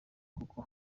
nk’uko